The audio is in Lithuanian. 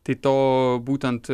tai to būtent